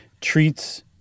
treats